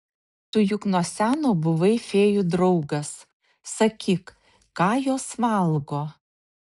tu juk nuo seno buvai fėjų draugas sakyk ką jos valgo